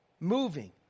moving